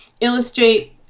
illustrate